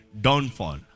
Downfall